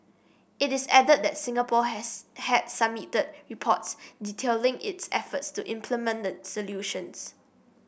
it is added that Singapore has had submitted reports detailing its efforts to implement the resolutions